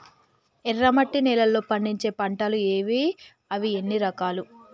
ఎర్రమట్టి నేలలో పండించే పంటలు ఏవి? అవి ఎన్ని రకాలు?